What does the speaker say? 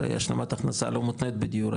הרי השלמת הכנסה לא מותנית בדיור,